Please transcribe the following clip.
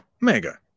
Mega